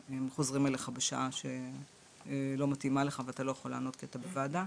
שחוזרים אליך בשעה שלא מתאימה לך ואתה לא יכול לענות כי אתה בוועדה,